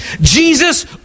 Jesus